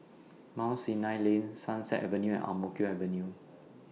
Mount Sinai Lane Sunset Avenue and Ang Mo Kio Avenue